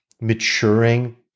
maturing